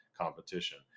competition